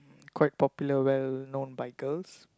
quite popular well known by girls